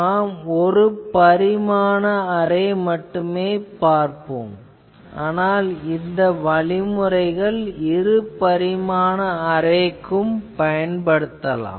நாம் ஒரு பரிமாண அரே மட்டுமே பார்ப்போம் ஆனால் இந்த வழிமுறைகள் இரு பரிமாண அரேவுக்கும் பயன்படுத்தலாம்